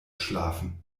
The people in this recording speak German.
schlafen